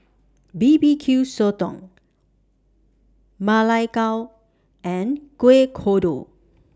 B B Q Sotong Ma Lai Gao and Kuih Kodok